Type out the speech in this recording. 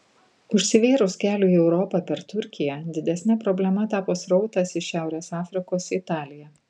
užsivėrus keliui į europą per turkiją didesne problema tapo srautas iš šiaurės afrikos į italiją